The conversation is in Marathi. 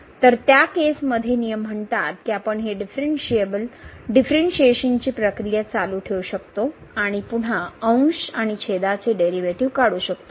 तर त्या केसमध्ये नियम म्हणतात की आपण हि डीफ्रणशिएशन ची प्रक्रिया चालू ठेवू शकतो आणि आपण पुन्हा अंश आणि छेदाचे डेरीवे टीव काढू शकतो